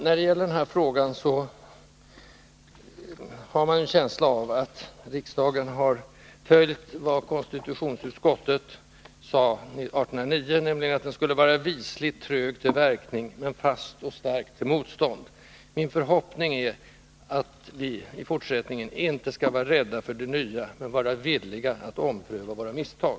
I den här frågan har man en känsla av att riksdagen har följt vad konstitutionsutskottet sade 1809, nämligen att den skulle vara ”visligt trög till verkning, men fast och stark till motstånd”. Min förhoppning är att vi i fortsättningen inte skall vara rädda för det nya men vara villiga att utan dröjsmål ompröva våra misstag.